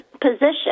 position